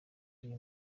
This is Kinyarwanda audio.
iri